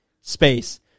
space